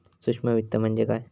सूक्ष्म वित्त म्हणजे काय?